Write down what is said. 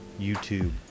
YouTube